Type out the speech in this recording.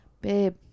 Babe